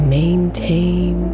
maintain